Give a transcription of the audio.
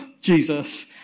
Jesus